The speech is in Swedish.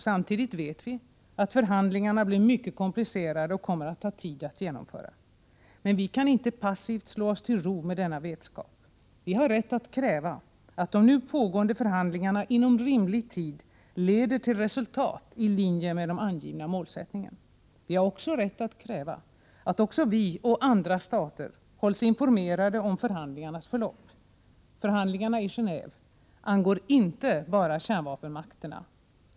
Samtidigt vet vi att förhandlingarna blir mycket komplicerade och kommer att ta tid att genomföra. Men vi kan inte passivt slå oss till ro med denna vetskap. Vi har rätt att kräva att de nu pågående förhandlingarna inom rimlig tid leder till resultat i linje med den angivna målsättningen. Vi har också rätt att kräva att även vi och andra stater hålls informerade om förhandlingarnas förlopp. Förhandlingarna i Geneve angår inte bara kärnvapenmakterna.